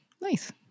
Nice